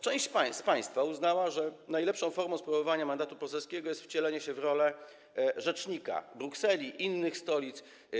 Część z państwa uznała, że najlepszą formą sprawowania mandatu poselskiego jest wcielenie się w rolę rzecznika Brukseli, innych stolic.